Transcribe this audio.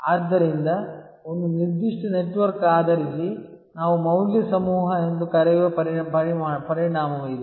ಆದ್ದರಿಂದ ಒಂದು ನಿರ್ದಿಷ್ಟ ನೆಟ್ವರ್ಕ್ ಆಧರಿಸಿ ನಾವು ಮೌಲ್ಯ ಸಮೂಹ ಎಂದು ಕರೆಯುವ ಪರಿಣಾಮವಿದೆ